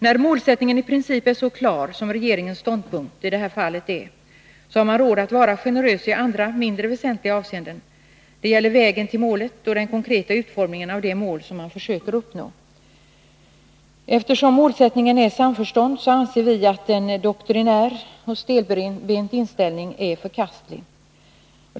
När målsättningen i princip är så klar som regeringens ståndpunkt i det här fallet ger vid handen, har man råd att vara generös i andra, mindre väsentliga, avseenden. Det gäller vägen till det mål som man försöker uppnå och den konkreta utformningen av det. Eftersom målsättningen är samförstånd, anser vi att en doktrinär och stelbent inställning är förkastlig.